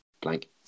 Blank